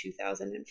2005